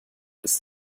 ist